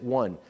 one